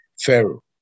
Pharaoh